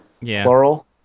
plural